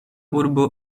urbo